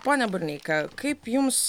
pone burneika kaip jums